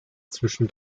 zwischen